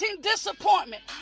disappointment